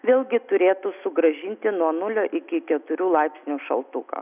vėlgi turėtų sugrąžinti nuo nulio iki keturių laipsnių šaltuką